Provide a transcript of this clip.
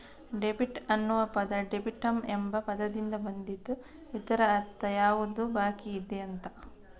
debit ಅನ್ನುವ ಪದ ಡೆಬಿಟಮ್ ಎಂಬ ಪದದಿಂದ ಬಂದಿದ್ದು ಇದ್ರ ಅರ್ಥ ಯಾವುದು ಬಾಕಿಯಿದೆ ಅಂತ